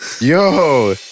Yo